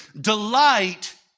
delight